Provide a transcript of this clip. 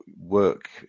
work